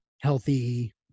healthy